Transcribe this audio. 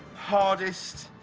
hardest,